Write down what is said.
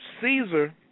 Caesar